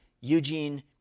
Eugene